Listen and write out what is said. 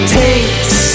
takes